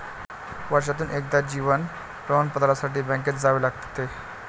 वर्षातून एकदा जीवन प्रमाणपत्रासाठी बँकेत जावे लागते